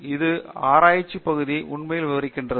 அது ஆராய்ச்சி பகுதியை உண்மையில் விரிவாக்குகிறது